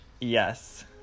yes